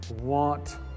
want